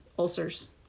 ulcers